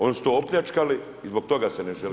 Oni su to opljačkali i zbog toga se ne … Hvala.